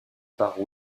par